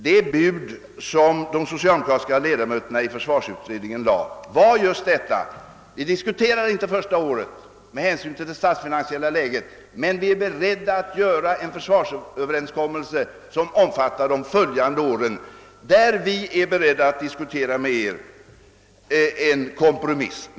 Det bud som de socialdemokratiska ledamöterna i försvarsutredningen lade fram var just detta, att det första året inte får diskuteras med hänsyn till det statsfinansiella läget men 'att vi är beredda att göra en försvarsöverenskommelse som omfattar de följande åren, varvid vi kan diskutera en kompromiss.